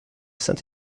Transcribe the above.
saint